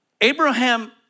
Abraham